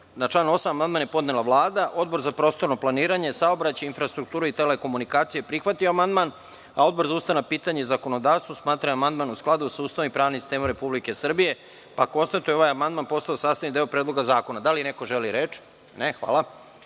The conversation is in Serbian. član 8. amandman je podnela Vlada. Odbor za prostorno planiranje, saobraćaj, infrastrukturu i telekomunikacije je prihvatio amandman. Odbor za ustavna pitanja i zakonodavstvo smatra da je amandman u skladu sa Ustavom i pravnim sistemom Republike Srbije. Konstatujem da je ovaj amandman postao sastavni deo Predloga zakona. Da li neko želi reč? (Ne)Na član